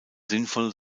sinnvoll